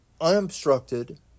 unobstructed